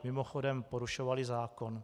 Mimochodem, porušovaly zákon.